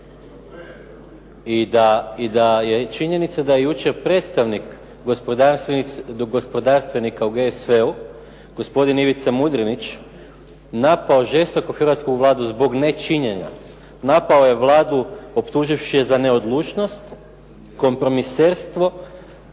i da je činjenica da je jučer predstavnik gospodarstvenika u GSV-u gospodin Ivica Mudrinić, napao žestoko hrvatsku Vladu zbog ne činjenja, napao je Vladu optuživši ju za neodlučnost, kompromiserstvo,